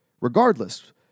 Regardless